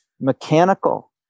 mechanical